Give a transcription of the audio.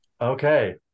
Okay